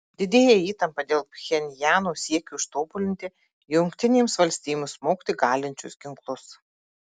didėja įtampa dėl pchenjano siekio ištobulinti jungtinėms valstijoms smogti galinčius ginklus